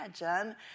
imagine